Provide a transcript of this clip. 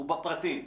הוא בפרטים.